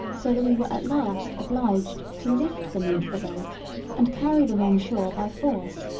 so that we were at last obliged to lift them into the boat and carry them on shore by force.